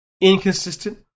inconsistent